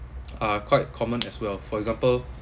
are quite common as well for example